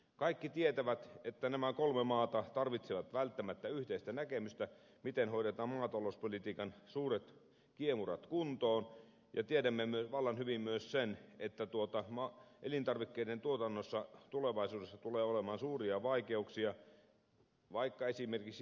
kaikki tietävät että nämä kolme maata tarvitsevat välttämättä yhteistä näkemystä miten hoidetaan maatalouspolitiikan suuret kiemurat kuntoon ja tiedämme vallan hyvin myös sen että elintarvikkeiden tuotannossa tulevaisuudessa tulee olemaan suuria vaikeuksia vaikka esimerkiksi ilmastonmuutoksen takia